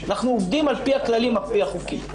אנחנו עובדים על פי הכללים, על פי החוקים.